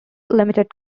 limited